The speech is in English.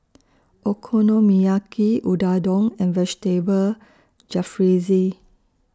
Okonomiyaki Unadon and Vegetable Jalfrezi